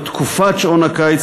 את תקופת שעון הקיץ,